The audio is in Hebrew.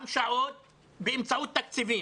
גם שעות באמצעות תקציבים?